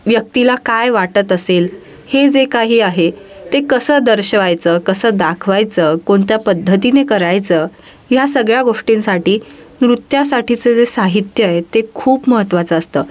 व्यक्तीला काय वाटत असेल हे जे काही आहे ते कसं दर्शवायचं कसं दाखवायचं कोणत्या पद्धतीने करायचं ह्या सगळ्या गोष्टींसाठी नृत्यासाठीचं जे साहित्य आहे ते खूप महत्त्वाचं असतं